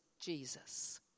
Jesus